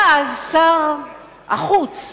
היה אז שר החוץ,